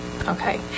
okay